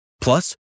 Plus